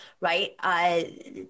right